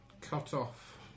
cut-off